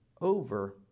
over